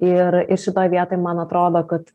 ir ir šitoj vietoj man atrodo kad